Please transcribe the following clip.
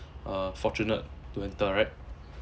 uh fortunate to interact